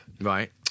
Right